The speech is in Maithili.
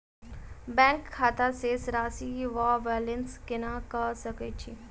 बैंक खाता शेष राशि वा बैलेंस केना कऽ सकय छी?